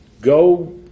Go